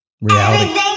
reality